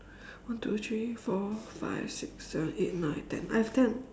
one two three four five six seven eight nine ten I have ten